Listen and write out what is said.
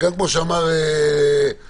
כמו שאמר חגי,